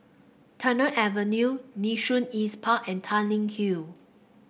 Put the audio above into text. Tagore Avenue Nee Soon East Park and Tanglin Hill